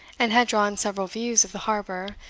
and had drawn several views of the harbour,